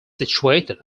situated